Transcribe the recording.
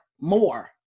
more